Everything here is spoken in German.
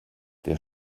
der